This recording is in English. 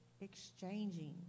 exchanging